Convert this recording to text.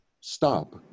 stop